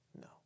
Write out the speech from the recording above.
No